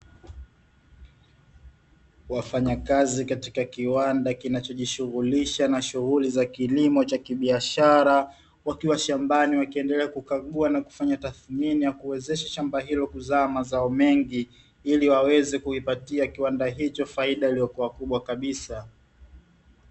Wafanyakazi katika kiwanda kinachojishughulisha na shughuli za kilimo cha kibiashara, wakiwa shambani wakiendelea kukagua na kufanya tathmini ya kuwezesha shamba hilo kuzaa mazao mengi, ili waweze kuipatia kiwanda hicho faida iliyokua mkubwa kabisa.